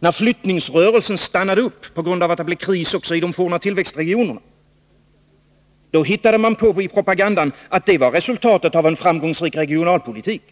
När flyttningsrörelsen stannade upp på grund av att det blev kris också i de forna tillväxtregionerna, hittade man på i propagandan att det var resultatet av en framgångsrik regionalpolitik.